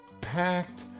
packed